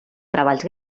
treballs